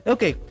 Okay